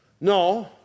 No